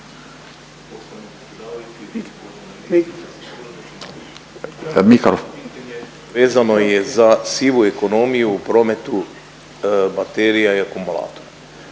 vezano je za sivu ekonomiju u prometu baterija i akumulatora.